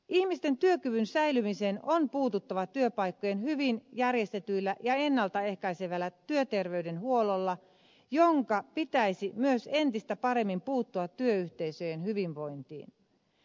ihmisten työkyvyn säilymiseen on puututtava työpaikkojen hyvin järjestetyllä ja ennalta ehkäisevällä työterveydenhuollolla jonka pitäisi myös entistä paremmin puuttua työyhteisöjen hyvinvointiin